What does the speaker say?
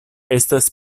estas